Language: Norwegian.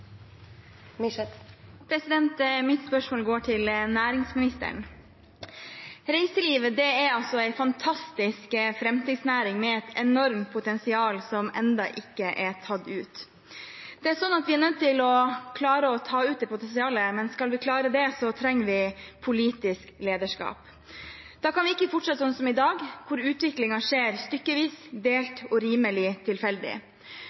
fantastisk framtidsnæring med et enormt potensial som ennå ikke er tatt ut. Vi er nødt til å klare å ta ut det potensialet, men skal vi klare det, trenger vi politisk lederskap. Da kan vi ikke fortsette som i dag, hvor utviklingen skjer stykkevis, delt og rimelig tilfeldig.